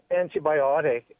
antibiotic